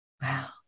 Wow